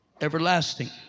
everlasting